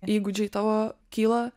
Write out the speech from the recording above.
įgūdžiai tavo kyla